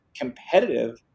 competitive